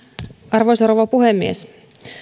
arvoisa rouva puhemies